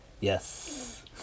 Yes